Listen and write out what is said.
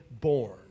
born